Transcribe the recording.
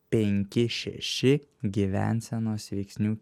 penki šeši gyvensenos veiksnių